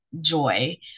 joy